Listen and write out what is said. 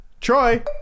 Troy